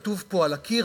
כתוב פה על הקיר,